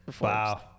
wow